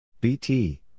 BT